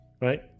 Right